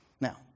Now